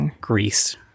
grease